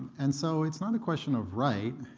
and so it's not a question of right.